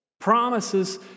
Promises